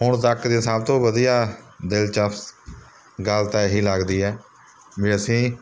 ਹੁਣ ਤੱਕ ਦੀ ਸਭ ਤੋਂ ਵਧੀਆ ਦਿਲਚਸਪ ਗੱਲ ਤਾਂ ਇਹੀ ਲੱਗਦੀ ਹੈ ਵੀ ਅਸੀਂ